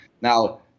now